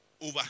over